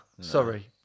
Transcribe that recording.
Sorry